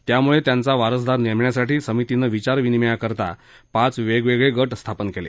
त्यामुळे त्यांचा वारसदार नेमण्यासाठी समितीनं विचारविनिमया करता पाच वेगवेगळे गट स्थापन केले